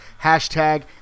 Hashtag